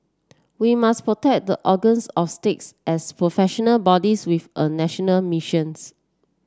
we must protect the organs of state as professional bodies with a national missions